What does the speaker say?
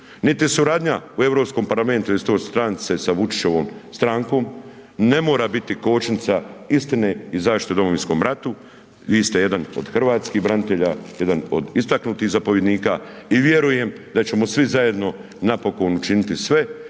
niti suradnja u Europskom parlamentu isto …/Govornik se ne razumije./… sa Vučićevom strankom ne mora biti kočnica istine i zaštite o Domovinskom ratu, vi ste jedan od hrvatskih branitelja, jedan od istaknutih zapovjednika i vjerujem da ćemo svi zajedno napokon učiniti sve,